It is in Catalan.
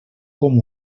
com